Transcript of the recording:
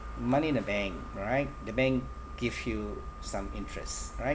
money in a bank right the bank give you some interest right